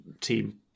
team